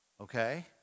Okay